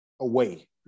away